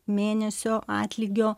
mėnesio atlygio